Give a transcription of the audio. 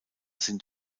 sind